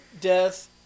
death